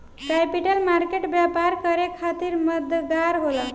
capital market व्यापार करे खातिर मददगार होला